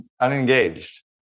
Unengaged